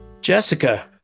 Jessica